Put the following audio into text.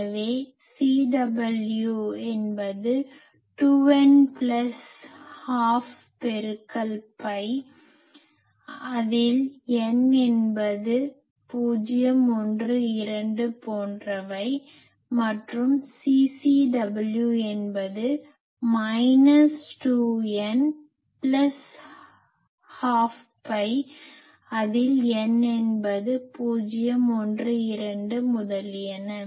எனவே CW என்பது 2 n plus ½ பெருக்கல் பை அதில் n என்பது 0 1 2 போன்றவை மற்றும் CCW என்பது மைனஸ் 2 n ப்ளஸ் ½ பை அதில் n என்பது 0 1 2 முதலியன